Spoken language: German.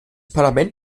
parlament